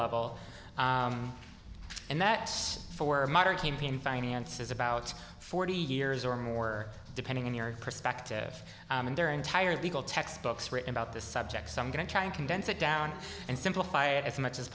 level and that for a modern campaign finance is about forty years or more depending on your perspective and their entire legal textbooks written about this subject so i'm going to try and condense it down and simplify it as much as